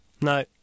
No